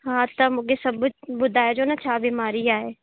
हा त मूंखे सभु ॿुधाइजो न छा बीमारी आहे